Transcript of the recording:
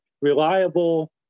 reliable